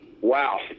wow